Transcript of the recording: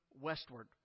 westward